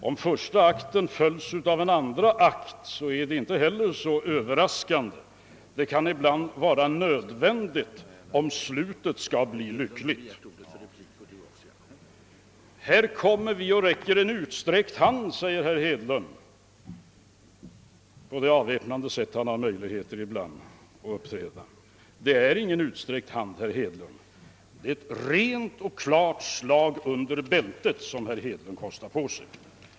Om den följs av en andra akt är det inte heller så överraskande. Det kan ibland vara nödvändigt om slutet skall bli lyckligt. »Här kommer vi och räcker en utsträckt hand», säger herr Hedlund på det avväpnande sätt han ibland gör. Det är ingen utsträckt hand, herr Hedlund, utan ett rent och klart slag under bältet som Ni kostar på Er.